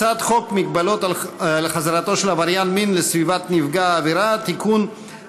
את הצעת חוק מגבלות על חזרתו של עבריין מין לסביבת נפגע העבירה (תיקון,